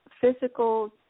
physical